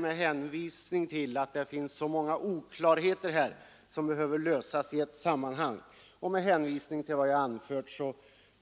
Med hänvisning till att det finns så många oklarheter härvidlag som behöver redas ut i ett sammanhang och med hänvisning till vad jag anfört